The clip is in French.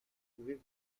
pouvez